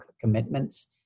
commitments